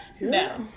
No